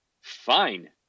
Fine